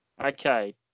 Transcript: Okay